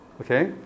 Okay